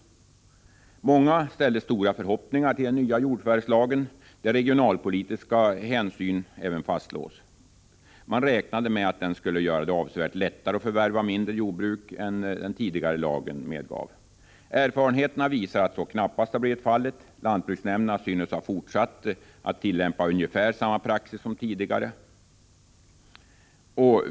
Många ställde stora förhoppningar till den nya jordförvärvslagen, där regionalpolitiska hänsyn fastslås. Man räknade med att den skulle göra det avsevärt lättare att förvärva mindre jordbruk än den tidigare lagen medgav. Erfarenheterna visar att så knappast blivit fallet. Lantbruksnämnderna synes ha fortsatt att tillämpa ungefär samma praxis som tidigare.